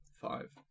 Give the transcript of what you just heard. five